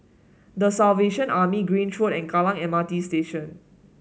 The Salvation Army Grange Road and Kallang M R T Station